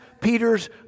Peter's